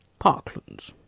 parklands.